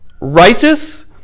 righteous